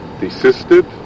desisted